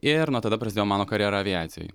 ir nuo tada prasidėjo mano karjera aviacijoj